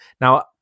now